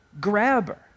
grabber